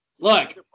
Look